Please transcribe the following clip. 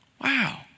Wow